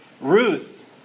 Ruth